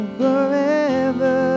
forever